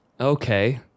Okay